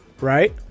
Right